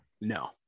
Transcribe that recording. no